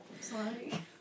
Sorry